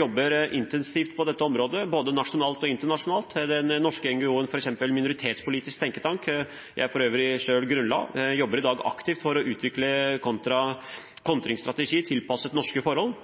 jobber intensivt på dette området, både nasjonalt og internasjonalt. Den norske NGO-en Minoritetspolitisk tenketank – Minotenk, som jeg for øvrig selv grunnla, jobber i dag aktivt for å utvikle kontringsstrategier tilpasset norske forhold.